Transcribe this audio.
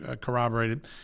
corroborated